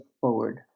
forward